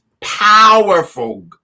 powerful